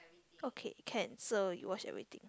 okay can so you watch everything